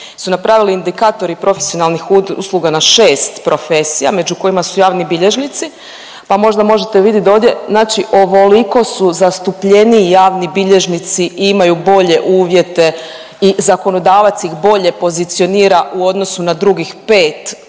su napravili indikatori profesionalnih usluga na šest profesija među kojima su javni bilježnici, pa možda možete vidjeti ovdje znači ovoliko su zastupljeniji javni bilježnici i imaju bolje uvjete i zakonodavac ih bolje pozicionira u odnosu na drugih pet usluga